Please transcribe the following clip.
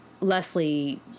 Leslie